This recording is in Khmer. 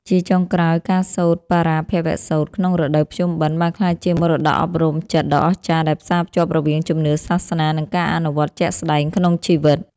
ជាចុងក្រោយ ការសូត្របរាភវសូត្រក្នុងរដូវភ្ជុំបិណ្ឌ បានក្លាយជាមរតកអប់រំចិត្តដ៏អស្ចារ្យដែលផ្សារភ្ជាប់រវាងជំនឿសាសនា និងការអនុវត្តជាក់ស្ដែងក្នុងជីវិត។